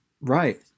right